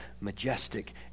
majestic